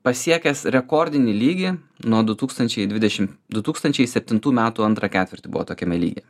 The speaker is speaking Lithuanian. pasiekęs rekordinį lygį nuo du tūkstančiai dvidešimt du tūkstančiai septintų metų antrą ketvirtį buvo tokiame lygyje